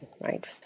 right